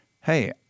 hey